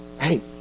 hey